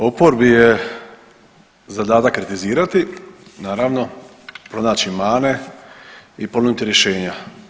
Oporbi je zadatak kritizirati, naravno, pronaći mane i ponuditi rješenja.